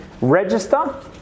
register